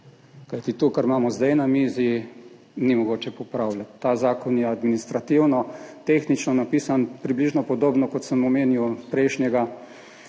Kajti to, kar imamo zdaj na mizi, ni mogoče popravljati. Ta zakon je administrativno, tehnično napisan približno podobno, kot sem omenil pri prejšnjem,